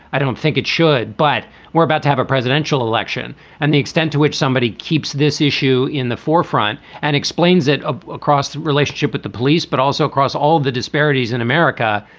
i don't think it should, but we're about to have a presidential election and the extent to which somebody keeps this issue in the forefront and explains it ah across the relationship with the police, but also across all of the disparities in america.